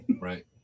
right